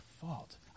fault